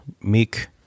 meek